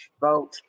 Vote